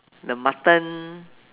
the mutton